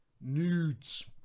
Nudes